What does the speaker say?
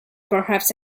perhaps